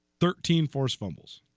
thirteen forced fumbles